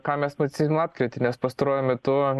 ką mes macysim lapkritį nes pastaruoju metu